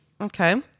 Okay